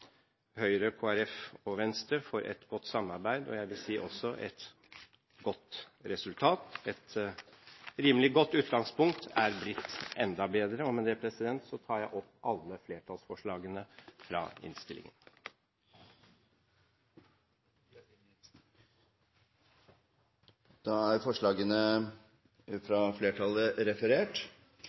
Høyre, Fremskrittspartiet og Venstre, for et godt samarbeid og – jeg vil også si – et godt resultat. Et rimelig godt utgangspunkt er blitt enda bedre. Med dette anbefaler jeg alle flertallsforslagene i innstillingen. Representanten Hans Olav Syversen har tatt opp de forslagene